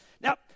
Now